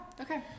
okay